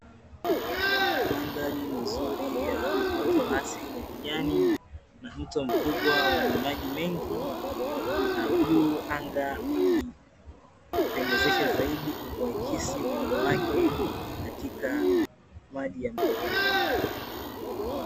Mandhari nzuri ya uoto wa asili wa kijani, na mto mkubwa wenye maji mengi, na juu anga ikipendezesha zaidi kwa kuakisi mwanga wake katika maji ya mto huo.